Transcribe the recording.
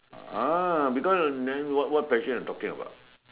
ah because then what what passion you talking about